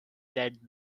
led